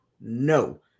No